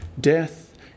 death